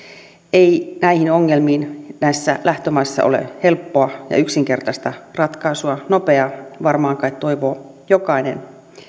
ei näihin ongelmiin näissä lähtömaissa ole helppoa ja yksinkertaista ratkaisua nopeaa varmaan kai toivoo jokainen